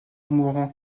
mourant